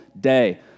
day